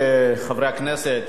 חברי הכנסת,